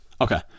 Okay